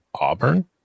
Auburn